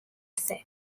set